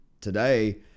today